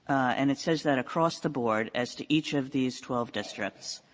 and it says that across the board as to each of these twelve districts,